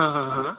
हां हां हां हां